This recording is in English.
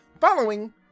following